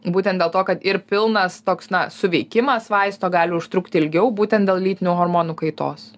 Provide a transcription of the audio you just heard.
būtent dėl to kad ir pilnas toks na suveikimas vaisto gali užtrukt ilgiau būtent dėl lytinių hormonų kaitos